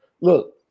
Look